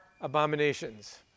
abominations